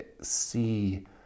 see